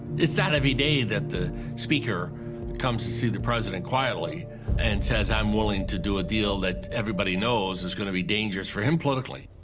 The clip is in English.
it's not every day that the speaker comes to see the president quietly and says, i'm willing to do a deal, that everybody knows is going to be dangerous for him politically.